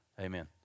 Amen